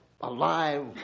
alive